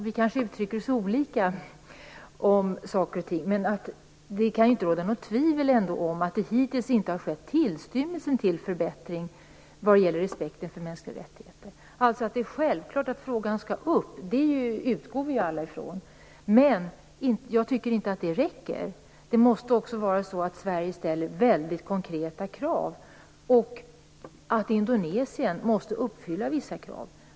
Vi kanske uttrycker oss olika om saker och ting, men det kan väl ändå inte råda något tvivel om att det hittills inte har skett en tillstymmelse till förbättring vad gäller respekten för mänskliga rättigheter. Att det är självklart att frågan skall tas upp utgår vi alla från. Men jag tycker inte att det räcker. Sverige måste också ställa väldigt konkreta krav och kräva att Indonesien skall uppfylla vissa krav.